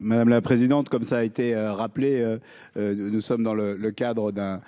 Madame la présidente, comme ça a été rappelé, nous sommes dans le le cadre d'un